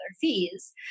fees